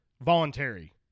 voluntary